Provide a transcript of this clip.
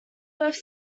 both